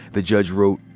the judge wrote,